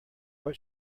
what